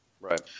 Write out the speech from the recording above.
Right